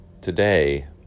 Today